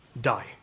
die